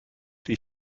die